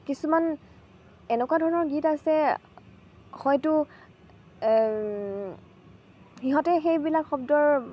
কিছুমান এনেকুৱা ধৰণৰ গীত আছে হয়তো সিহঁতে সেইবিলাক শব্দৰ